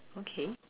okay